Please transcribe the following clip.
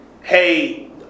hey